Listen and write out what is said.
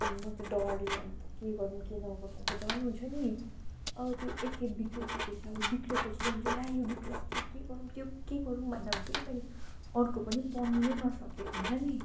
म त डरले अब के गरूँ के नगरूँ अब झन् हुन्छ नि अब त्यो एकखेप बिग्रियो ठिकै छ अब बिग्रियोपछि हुन्छ नि ला यो बिग्रियो अब त्यो के गरूँ त्यो के गरूँ भन्दा हुन्छ नि मैले अर्को पनि पढ्नु नै न सकेको हुन्छ नि